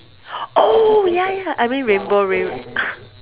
oh ya ya I mean Rainbow Rain~